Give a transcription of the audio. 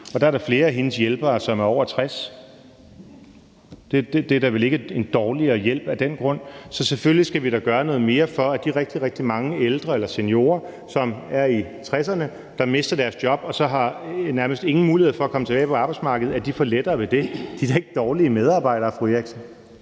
og der er da flere af hendes hjælpere, som er over 60 år. Det er da vel ikke en dårligere hjælp af den grund. Så selvfølgelig skal vi da gøre mere for, at de rigtig, rigtig mange ældre eller seniorer, som er i 60'erne, og som mister deres job, og som nærmest ingen muligheder har for at komme tilbage på arbejdsmarkedet, får lettere ved det. De er da ikke dårlige medarbejdere, fru Rosa Eriksen.